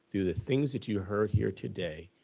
do the things that you heard here today,